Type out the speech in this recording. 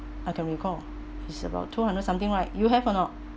I can recall it's about two hundred something right you have or not